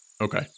Okay